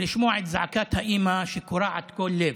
ולשמוע את זעקת האימא שקורעת כל לב.